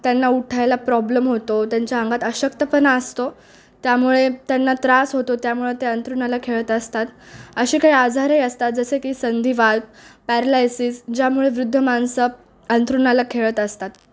त्यांना उठायला प्रॉब्लेम होतो त्यांच्या अंगात अशक्तपणा असतो त्यामुळे त्यांना त्रास होतो त्यामुळे ते अंथरुणाला खिळत असतात असे काही आजारही असतात जसे की संधीवात पॅरलायसिस ज्यामुळे वृद्ध माणसं अंथरुणाला खिळत असतात